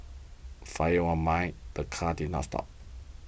fired one mind the car did not stop